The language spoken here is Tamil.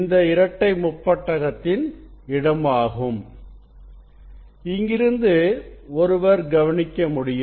இந்த இரட்டை முப்பட்டகத்தின் இடமாகும் இங்கிருந்து ஒருவர் கவனிக்க முடியும்